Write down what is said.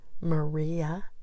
Maria